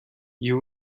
you